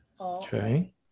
Okay